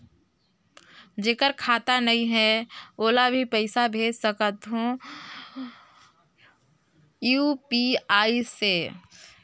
जेकर खाता नहीं है ओला भी पइसा भेज सकत हो यू.पी.आई से?